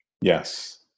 Yes